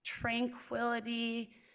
tranquility